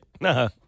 Nah